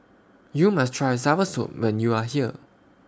YOU must Try Soursop when YOU Are here